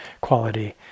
quality